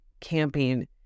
camping